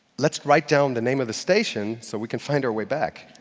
let's write down the name of the station so we can find our way back.